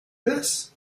this